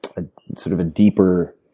ah sort of a deeper